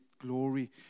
glory